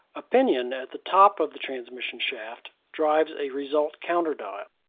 a pinion at the top of the transmission shaft drives a result counter dial.